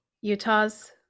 Utah's